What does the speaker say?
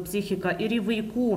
psichiką ir į vaikų